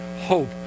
hope